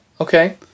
Okay